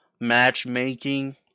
matchmaking